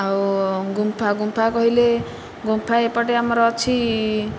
ଆଉ ଗୁମ୍ଫା ଗୁମ୍ଫା କହିଲେ ଗୁମ୍ଫା ଏପଟେ ଆମର ଅଛି